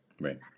right